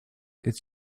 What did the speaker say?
its